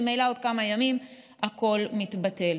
ממילא עוד כמה ימים הכול מתבטל.